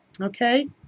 Okay